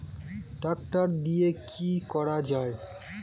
Tractor দিয়ে কি করা যায়?